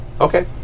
Okay